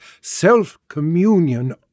self-communion